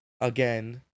Again